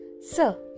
Sir